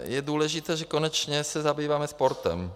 Je důležité, že konečně se zabýváme sportem.